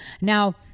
Now